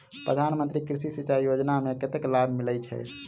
प्रधान मंत्री कृषि सिंचाई योजना मे कतेक लाभ मिलय छै?